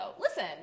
Listen